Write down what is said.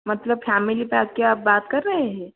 मतलब family pack की आप बात कर रहे हैं